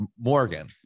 morgan